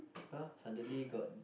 !huh! suddenly got